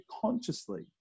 consciously